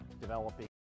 developing